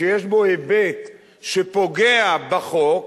שיש בו היבט שפוגע בחוק,